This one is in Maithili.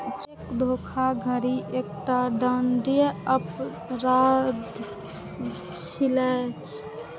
चेक धोखाधड़ी एकटा दंडनीय अपराध छियै